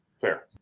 Fair